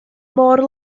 môr